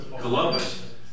Columbus